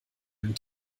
nimmt